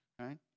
right